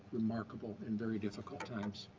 remarkable, in very difficult times.